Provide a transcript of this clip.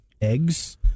eggs